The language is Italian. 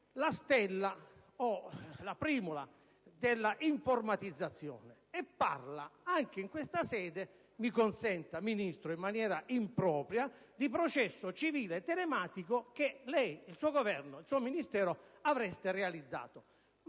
la stella o la primula dell'informatizzazione e parla, anche in questa sede, mi consenta Ministro, in maniera impropria, di processo civile telematico che lei, il suo Governo e il suo Ministero avreste realizzato.